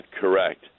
correct